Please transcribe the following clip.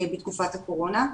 בתקופת הקורונה.